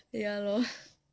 ya lor